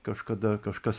kažkada kažkas